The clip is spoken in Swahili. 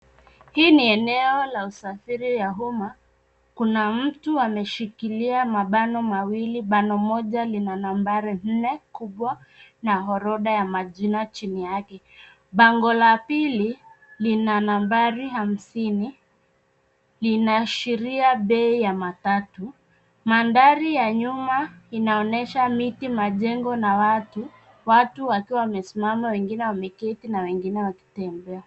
Hii ni eneo la usafiri ya uma, kuna mtu ameshikilia mabano mawili bano moja lina nambari nne kubwa, na orodha ya majina chini yake. Bango la pili, lina nambari hamsini, linaashiria bei ya matatu. Mandhari ya nyuma inaonyesha miti, majengo na watu, watu wakiwa wamesimama, wengine wameketi na wengine wakitembea.